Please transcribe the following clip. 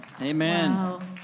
Amen